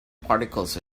particles